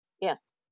yes